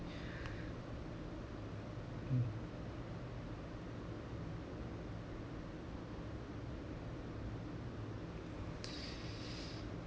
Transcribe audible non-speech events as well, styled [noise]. mm [noise]